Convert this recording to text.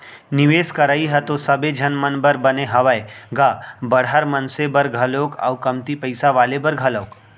निवेस करई ह तो सबे झन मन बर बने हावय गा बड़हर मनसे बर घलोक अउ कमती पइसा वाले बर घलोक